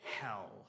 hell